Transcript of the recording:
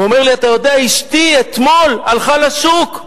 הוא אומר לי, אתה יודע, אשתי אתמול הלכה לשוק,